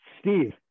steve